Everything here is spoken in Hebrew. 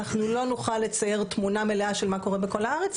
אנחנו לא נוכל לצייר תמונה מלאה של מה קורה בכל הארץ,